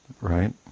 right